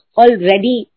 already